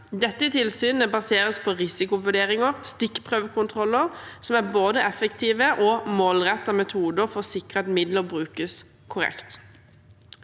Dette tilsynet baseres på risikovurderinger og stikkprøvekontroller, som er både effektive og målrettede metoder for å sikre at midler brukes korrekt.